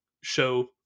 show